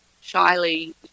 shyly